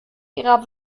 ihrer